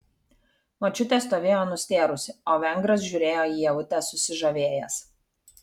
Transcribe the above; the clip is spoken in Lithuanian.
močiutė stovėjo nustėrusi o vengras žiūrėjo į ievutę susižavėjęs